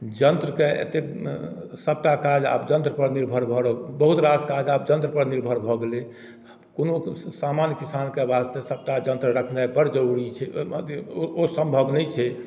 यन्त्रके अतेक सबटा काज आब यन्त्रपर निर्भर भऽ रहल बहुत रास काज आब यन्त्रपर निर्भर भऽ गेलय कोनो सामान्य किसानके वास्ते सबटा जन्त्र रखने बड्ड जरूरी छै अथी ओ सम्भव नहि छै